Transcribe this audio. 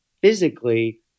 physically